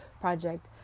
project